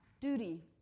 Duty